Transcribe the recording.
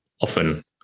often